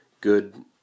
good